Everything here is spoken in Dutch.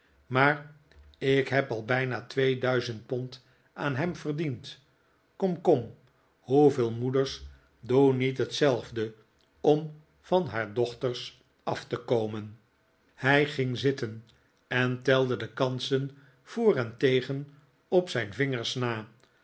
maar ik heb al bijna twee duizend pond aan hem verdiend kom kom hoeveel moeders doen niet hetzelfde om van haar dochters af te komen hij ging zitten en telde de kansen voor en tegen op zijn vingers na